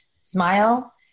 Smile